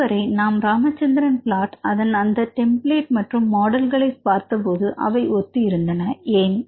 இதுவரை நாம் ராமச்சந்திரன் பிளாட் அதன் அந்த டெம்ப்ளேட் மற்றும் மாடல்களை பார்த்தபோது அவை ஒத்து இருந்தன ஏன்